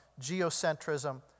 geocentrism